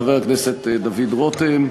חבר הכנסת דוד רותם,